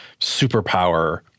superpower